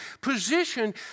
position